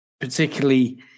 particularly